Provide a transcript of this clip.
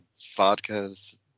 vodkas